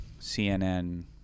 CNN